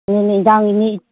ꯑꯗꯨꯅꯦ ꯑꯦꯟꯁꯥꯡ ꯏꯅꯦ